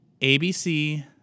ABC